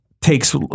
takes